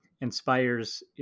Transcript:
inspires